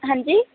ਹਾਂਜੀ